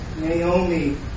Naomi